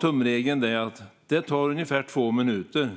Tumregeln var att det tar ungefär två minuter